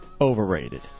Overrated